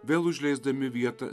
vėl užleisdami vietą